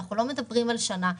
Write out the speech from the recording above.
אנחנו לא מדברים על שנה,